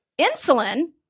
Insulin